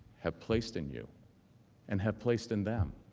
have placed in you and have placed in them.